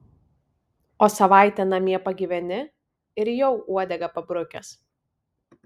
o savaitę namie pagyveni ir jau uodegą pabrukęs